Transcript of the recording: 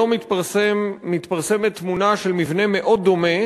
היום מתפרסמת תמונה של מבנה מאוד דומה